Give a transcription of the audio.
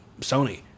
Sony